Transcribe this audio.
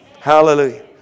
Hallelujah